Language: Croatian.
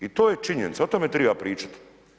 I to je činjenica o tome treba pričati.